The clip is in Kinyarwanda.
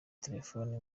telefoni